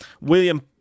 William